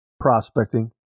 prospecting